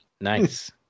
Nice